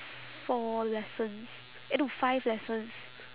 four lessons eh no five lessons